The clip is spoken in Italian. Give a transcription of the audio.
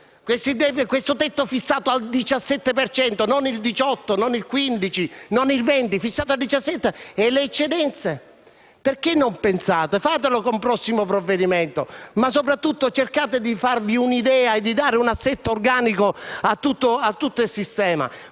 questo tetto fissato non al 18, non al 15, non al 20 ma al 17 per cento. E le eccedenze? Perché non pensate, fatelo con un prossimo provvedimento, ma soprattutto cercate di farvi un'idea e di dare un assetto organico a tutto il sistema.